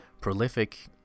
prolific